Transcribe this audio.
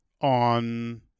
on